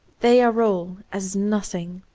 they are all as nothing,